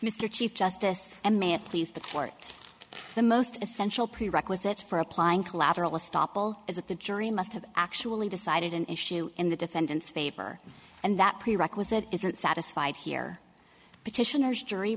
mr chief justice and may it please the court the most essential prerequisites for applying collateral estoppel is that the jury must have actually decided an issue in the defendant's favor and that prerequisite isn't satisfied here petitioners jury